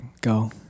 Go